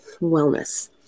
Wellness